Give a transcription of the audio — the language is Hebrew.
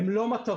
והם לא מטרות.